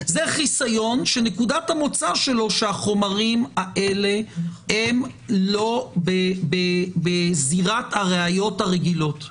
זה חיסיון שנקודת המוצא שלו שהחומרים האלה הם לא בזירת הראיות הרגילות.